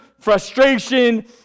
frustration